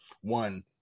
one